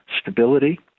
stability